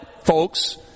folks